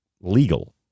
legal